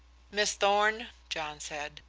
miss thorn, john said,